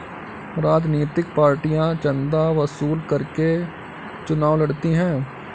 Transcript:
राजनीतिक पार्टियां चंदा वसूल करके चुनाव लड़ती हैं